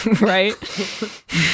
Right